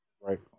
right